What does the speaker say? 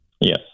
Yes